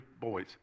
boys